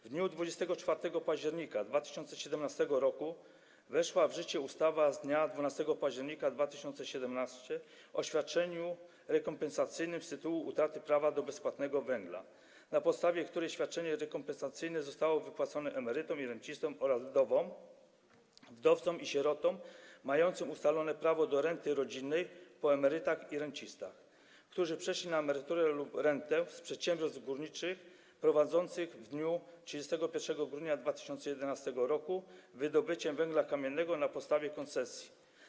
W dniu 24 października 2017 r. weszła w życie ustawa z dnia 12 października 2017 r. o świadczeniu rekompensacyjnym z tytułu utraty prawa do bezpłatnego węgla, na podstawie której świadczenie rekompensacyjne zostało wypłacone emerytom i rencistom oraz wdowom, wdowcom i sierotom mającym ustalone prawo do renty rodzinnej po emerytach i rencistach, którzy przeszli na emeryturę lub rentę z przedsiębiorstw górniczych prowadzących w dniu 31 grudnia 2011 r. wydobycie węgla kamiennego na podstawie koncesji.